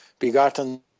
Begotten